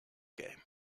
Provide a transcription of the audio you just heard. game